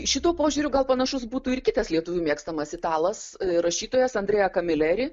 šituo požiūriu gal panašus būtų ir kitas lietuvių mėgstamas italas rašytojas andrėja kamileri